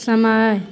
समय